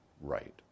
right